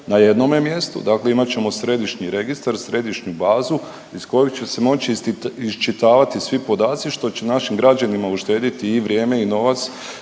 na jednome mjestu, dakle imat ćemo središnji registar, središnju bazu iz koje će se moći iščitavati svi podaci što će našim građanima uštediti i vrijeme i novac